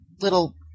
little